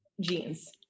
jeans